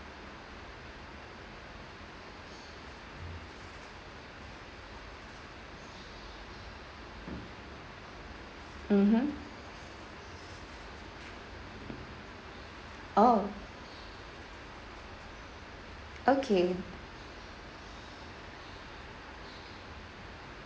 mmhmm oh okay